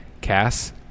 Cass